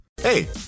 Hey